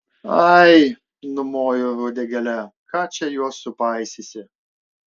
ai numoju uodegėle ką čia juos supaisysi